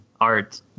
art